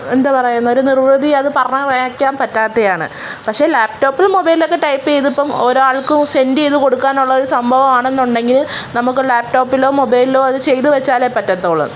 എന്താണ് പറയുന്നത് ഒരു നിർവൃതി അത് പറഞ്ഞറിയിക്കാൻ പറ്റാത്തതാണ് പക്ഷേ ലാപ്ടോപ്പിലും മൊബൈലിലൊക്കെ ടൈപ്പ് ചെയ്തിപ്പം ഒരാൾക്ക് സെൻഡ് ചെയ്തുകൊടുക്കാനുള്ള ഒരു സംഭവം ആണെന്നുണ്ടെങ്കിൽ നമുക്ക് ലാപ്ടോപ്പിലോ മൊബൈലിലോ അത് ചെയ്തുവെച്ചാലേ പറ്റുള്ളൂ